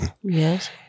Yes